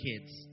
kids